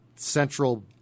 central